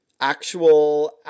actual